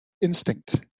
instinct